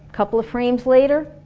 couple of frames later,